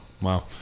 Wow